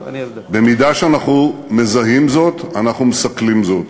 במידה שאנחנו מזהים זאת, אנחנו מסכלים זאת.